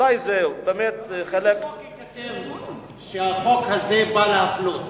אבל באיזה חוק ייכתב שהחוק הזה בא להפלות?